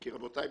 כי רבותיי,